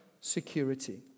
security